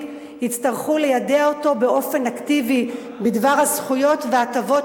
יצטרכו ליידע אותו באופן אקטיבי בדבר הזכויות וההטבות